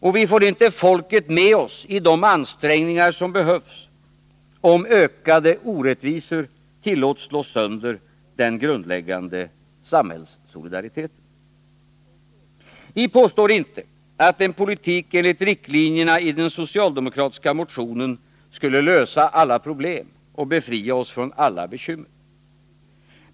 Och vi får inte folket med oss i de ansträngningar som behövs, om ökade orättvisor tillåts slå sönder den grundläggande samhällssolidariteten. Vi påstår inte att en politik enligt riktlinjerna i den socialdemokratiska motionen skulle lösa alla problem och befria oss från alla bekymmer.